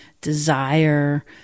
desire